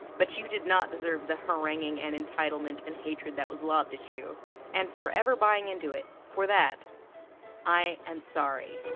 but you did not deserve the haranguing and entitlement and hatred that was lobbed at you and for ever buying into it for that i am sorry